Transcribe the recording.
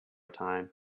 time